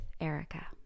Erica